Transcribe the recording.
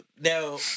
Now